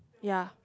ya